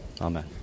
Amen